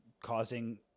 causing